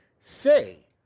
Say